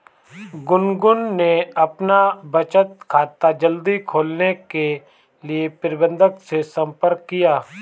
गुनगुन ने अपना बचत खाता जल्दी खोलने के लिए प्रबंधक से संपर्क किया